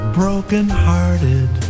brokenhearted